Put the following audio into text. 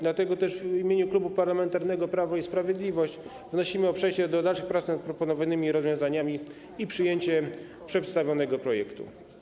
Dlatego też w imieniu Klubu Parlamentarnego Prawo i Sprawiedliwość wnosimy o przejście do dalszych prac nad proponowanymi rozwiązaniami i przyjęcie przedstawionego projektu.